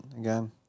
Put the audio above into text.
again